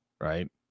right